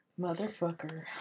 Motherfucker